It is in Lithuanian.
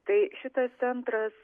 tai šitas centras